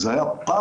זה היה פחד.